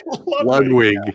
Ludwig